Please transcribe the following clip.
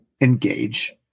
engage